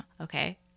okay